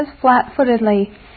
flat-footedly